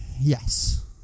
Yes